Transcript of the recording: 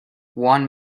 one